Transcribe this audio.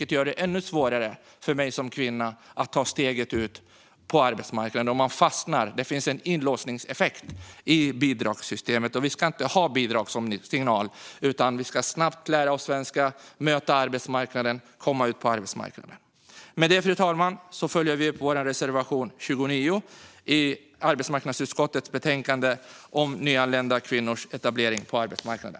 Det gör det ännu svårare för kvinnor att ta steget ut på arbetsmarknaden. Man fastnar. Det finns en inlåsningseffekt i bidragssystemet. Vi ska inte ha bidrag som signal, utan man ska snabbt lära sig svenska och komma ut på arbetsmarknaden. Med detta, fru talman, yrkar jag bifall till reservation 29 i arbetsmarknadsutskottets betänkande, om nyanlända kvinnors etablering på arbetsmarknaden.